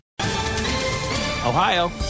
Ohio